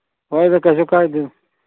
ꯍꯣꯏꯗ ꯀꯩꯁꯨ ꯀꯥꯏꯗꯦꯗ